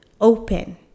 open